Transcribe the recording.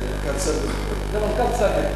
כן, זה מנכ"ל צנוע.